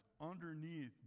underneath